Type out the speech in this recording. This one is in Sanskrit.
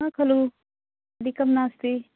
न खलु अधिकं नास्ति